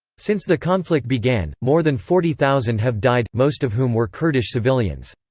since the conflict began, more than forty thousand have died, most of whom were kurdish civilians.